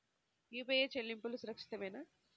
UPI చెల్లింపు సురక్షితమేనా?